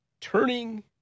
turning